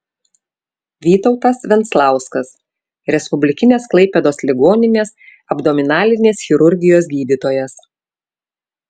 vytautas venclauskas respublikinės klaipėdos ligoninės abdominalinės chirurgijos gydytojas